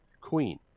queen